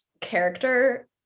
character